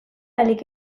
ahalik